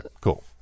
Cool